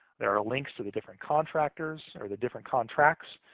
there are links to the different contractors or the different contracts